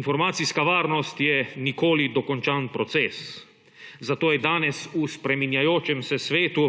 Informacijska varnost je nikoli dokončan proces, zato je danes v spreminjajočem se svetu